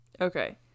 Okay